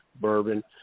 bourbon